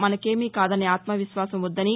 మనకేమికాదనే ఆత్మవిశ్వాసం వద్దని